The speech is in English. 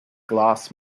glass